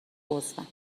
عضوم